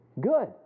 good